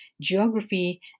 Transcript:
Geography